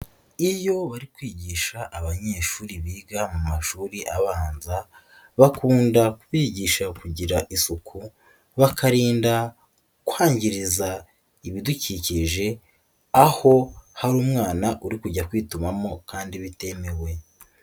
Iyo bari kwigisha abanyeshuri biga mu mashuri abanza bakunda kubigisha kugira isuku, bakarinda kwangiriza ibidukikije aho hari umwana uri kujya kwitumamo kandi bitemewe.